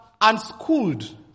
unschooled